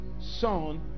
son